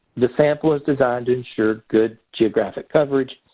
the sample is designed to ensure good geographic coverage.